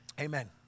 Amen